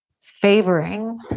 favoring